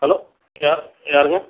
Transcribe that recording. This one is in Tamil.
ஹலோ யார் யாருங்க